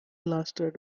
lasted